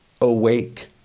Awake